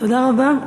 תודה רבה.